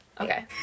Okay